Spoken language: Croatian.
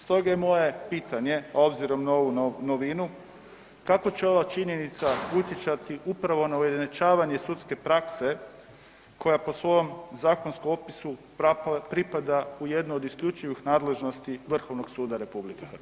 Stoga je moje pitanje obzirom na ovu novinu, kako će ova činjenica utjecati upravo na ujednačavanje sudske prakse koja po svom zakonskom opisu pripada u jednu od isključivih nadležnosti Vrhovnog suda Republike Hrvatske?